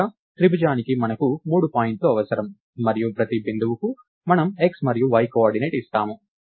చివరగా త్రిభుజానికి మనకు మూడు పాయింట్లు అవసరం మరియు ప్రతి బిందువుకు మనము x మరియు y కోఆర్డినేట్ ఇస్తాము